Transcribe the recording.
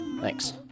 Thanks